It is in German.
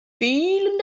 vielen